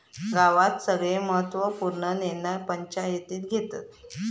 गावात सगळे महत्त्व पूर्ण निर्णय पंचायती घेतत